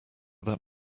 that